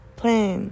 plan